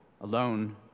alone